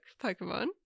Pokemon